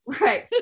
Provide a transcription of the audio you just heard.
Right